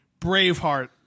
Braveheart